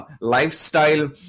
lifestyle